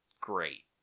great